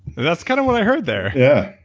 that's kind of what i heard there. yeah